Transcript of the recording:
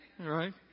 right